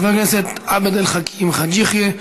חבר הכנסת עבד אל חכים חאג' יחיא,